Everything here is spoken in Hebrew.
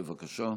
בבקשה.